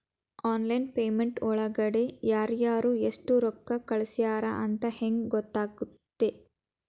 Online payment ಒಳಗಡೆ ಯಾರ್ಯಾರು ಎಷ್ಟು ರೊಕ್ಕ ಕಳಿಸ್ಯಾರ ಅಂತ ಹೆಂಗ್ ಗೊತ್ತಾಗುತ್ತೆ?